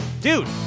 Dude